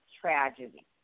tragedy